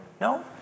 no